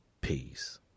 Peace